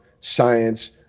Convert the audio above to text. science